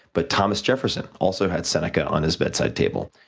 but thomas jefferson also had seneca on his bedside table.